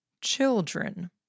Children